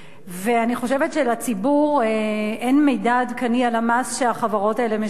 ואני חושבת שלציבור אין מידע עדכני על המס שהחברות האלה משלמות,